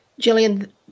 Jillian